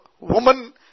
woman